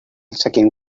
second